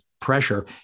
pressure